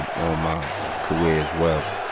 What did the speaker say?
and on my career as well.